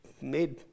made